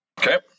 Okay